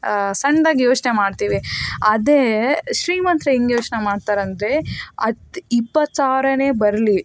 ಸಣ್ದಾಗಿ ಯೋಚನೆ ಮಾಡ್ತೀವಿ ಅದೇ ಶ್ರೀಮಂತರ ಹೇಗೆ ಯೋಚನೆ ಮಾಡ್ತಾರಂದರೆ ಹತ್ತು ಇಪ್ಪತ್ತು ಸಾವಿರನೇ ಬರಲಿ